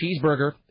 cheeseburger